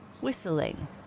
whistling